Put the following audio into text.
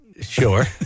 Sure